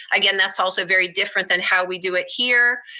again, that's also very different than how we do it here.